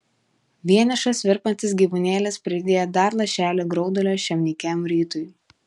vienišas virpantis gyvūnėlis pridėjo dar lašelį graudulio šiam nykiam rytui